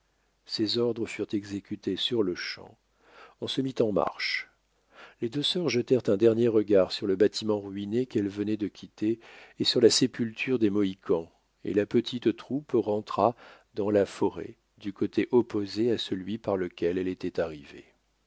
ces ordres furent exécutés sur-le-champ on se mit en marche les deux sœurs jetèrent un dernier regard sur le bâtiment ruiné qu'elles venaient de quitter et sur la sépulture des mohawks et la petite troupe rentra dans la forêt du côté opposé à celui par lequel elle était arrivée